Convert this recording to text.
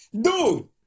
Dude